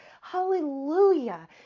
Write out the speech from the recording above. Hallelujah